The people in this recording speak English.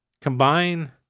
combine